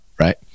right